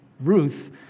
Ruth